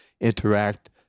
interact